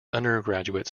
undergraduate